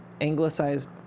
anglicized